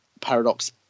Paradox